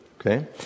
okay